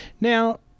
Now